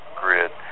grid